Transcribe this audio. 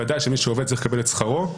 בוודאי שמי שעובד צריך לקבל את שכרו,